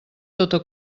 tota